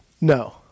No